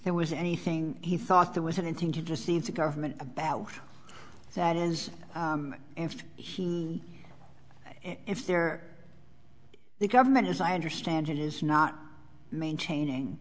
there was anything he thought there was anything to seem to government about that is if he if there the government as i understand it is not maintaining